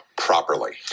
Properly